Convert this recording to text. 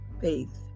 faith